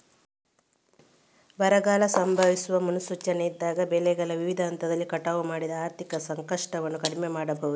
ಬರಗಾಲ ಸಂಭವಿಸುವ ಮುನ್ಸೂಚನೆ ಇದ್ದಾಗ ಬೆಳೆಗಳನ್ನು ವಿವಿಧ ಹಂತದಲ್ಲಿ ಕಟಾವು ಮಾಡಿ ಆರ್ಥಿಕ ನಷ್ಟವನ್ನು ಕಡಿಮೆ ಮಾಡಬಹುದೇ?